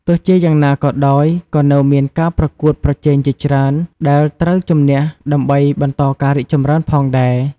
ទោះជាយ៉ាងណាក៏ដោយ ក៏នៅមានការប្រកួតប្រជែងជាច្រើនដែលត្រូវជម្នះដើម្បីបន្តការរីកចម្រើនផងដែរ ។